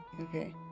Okay